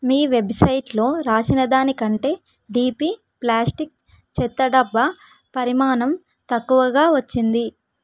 మీ వెబ్సైట్లో రాసినదానికంటే DP plastic చెత్తడబ్బా పరిమాణం తక్కువగా వచ్చింది